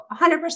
100%